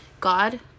god